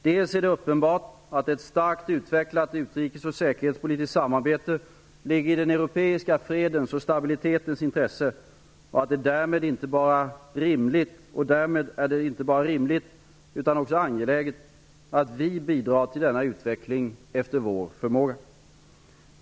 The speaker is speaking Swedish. Dels är det uppenbart att ett starkt utvecklat utrikes och säkerhetspolitiskt samarbete ligger i den europeiska fredens och stabilitetens intresse, och därmed är det inte bara rimligt utan också angeläget att vi bidrar till denna utveckling efter vår förmåga.